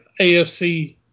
AFC